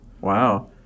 Wow